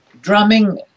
Drumming